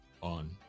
on